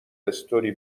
استوری